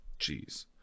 Jeez